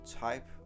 type